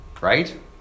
right